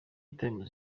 times